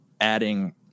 adding